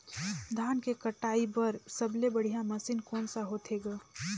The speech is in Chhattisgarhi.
धान के कटाई बर सबले बढ़िया मशीन कोन सा होथे ग?